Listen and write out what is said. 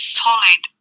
solid